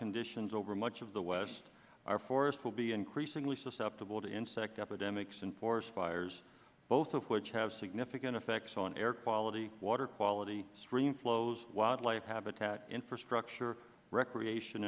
conditions over much of the west our forests will be increasingly susceptible to insect epidemics and forest fires both of which have significant effects on air quality water quality stream flows wildlife habitat infrastructure recreation